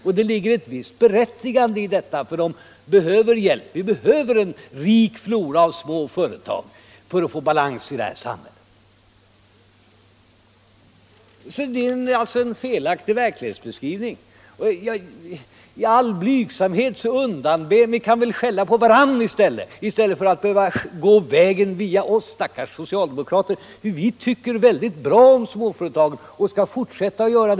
Det ligger också ett visst berättigande i detta, för de behöver hjälp, och vi behöver en rik flora av små företag för att få balans i samhället. Det är alltså en felaktig verklighetsbeskrivning. Ni kan väl skälla på varandra i stället för att gå vägen via oss socialdemokrater. Vi tycker mycket bra om småföretagen, och det skall vi fortsätta med att göra.